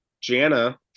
Jana